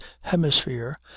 hemisphere